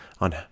on